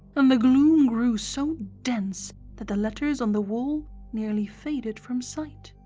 and the gloom grew so dense that the letters on the wall nearly faded from sight.